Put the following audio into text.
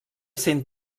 cent